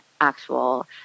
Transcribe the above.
actual